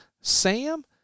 Sam